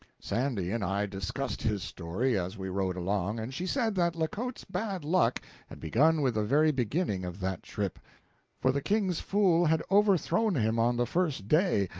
sandy and i discussed his story, as we rode along, and she said that la cote's bad luck had begun with the very beginning of that trip for the king's fool had overthrown him on the first day,